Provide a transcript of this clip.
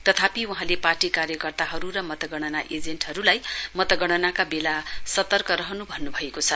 तथापि वहाँले पार्टी कार्यकर्ताहरू र मतगणना एजेन्टहरूलाई मतगणनाका बेला सतर्क रहनु भन्नु भएको छ